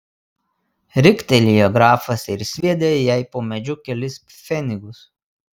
riktelėjo grafas ir sviedė jai po medžiu kelis pfenigus